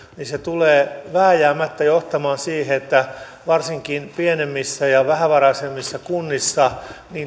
niin se tulee vääjäämättä johtamaan siihen että varsinkin pienemmissä ja vähävaraisemmissa kunnissa